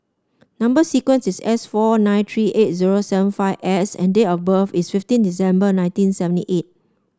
number sequence is S four nine three eight zero seven five S and date of birth is fifteen December nineteen seventy eight